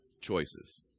choices